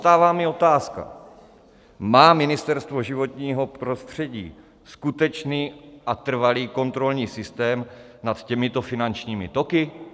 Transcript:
Vyvstává mi otázka: Má Ministerstvo životního prostředí skutečný a trvalý kontrolní systém nad těmito finančními toky?